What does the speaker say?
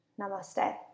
Namaste